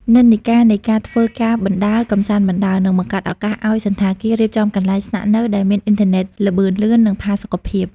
និន្នាការនៃ "ការធ្វើការបណ្តើរ កម្សាន្តបណ្តើរ" នឹងបង្កើតឱកាសឱ្យសណ្ឋាគាររៀបចំកន្លែងស្នាក់នៅដែលមានអ៊ីនធឺណិតល្បឿនលឿន និងផាសុកភាព។